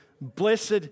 Blessed